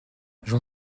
j’en